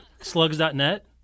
Slugs.net